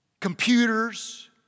computers